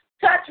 touch